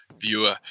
viewer